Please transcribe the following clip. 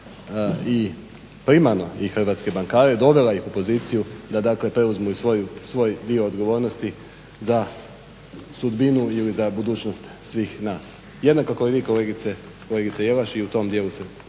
i primarno i hrvatske bankare, dovela ih u poziciju da dakle preuzmu i svoj dio odgovornosti za sudbinu ili za budućnost svih nas. Jednako kao i vi kolegice Jelaš i u tom dijelu se